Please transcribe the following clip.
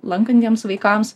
lankantiems vaikams